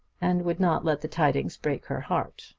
and would not let the tidings break her heart